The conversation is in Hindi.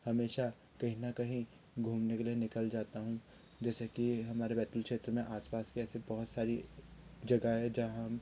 हमेशा कहीं ना कहीं घूमने के लिए निकल जाता हूँ जैसे कि हमारे बैतूल क्षेत्र में आसपास के ऐसे बहुत सारी जगह है जहाँ